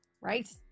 Right